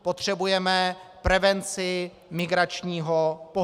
Potřebujeme prevenci migračního pohybu.